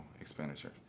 expenditures